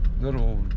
little